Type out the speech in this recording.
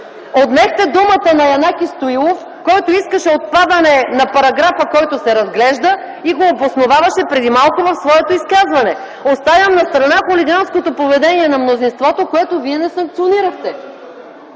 отнехте думата на Янаки Стоилов, който искаше отпадане на параграфа, който се разглежда, и го обосноваваше преди малко в своето изказване. Оставям настрана хулиганското поведение на мнозинството, което Вие не санкционирахте.